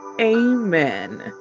amen